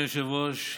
אדוני היושב-ראש,